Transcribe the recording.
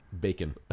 bacon